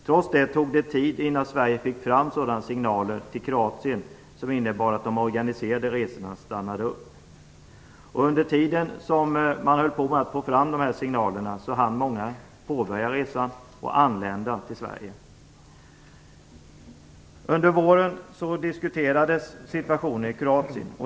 Trots det tog det tid innan Sverige fick fram sådana signaler till Kroatien som innebar att de organiserade resorna stannade upp. Under tiden man höll på med detta hann många påbörja resan och anlända till Sverige. Förra våren diskuterades situationen i Kroatien.